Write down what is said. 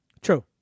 True